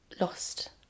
lost